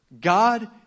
God